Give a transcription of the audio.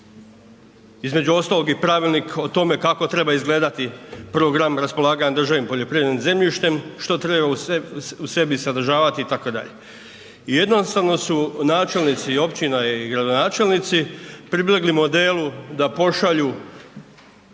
Između ostalog i pravilnik o tome kako treba izgledati program raspolaganja državnim poljoprivrednim zemljištem, što treba u sebi sadržavati itd. Jednostavno su načelnici općina i gradonačelnici pribjegli modelu da pošalju